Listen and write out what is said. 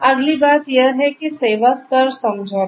अगली बात यह है कि सेवा स्तर समझौता